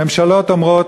הממשלות אומרות: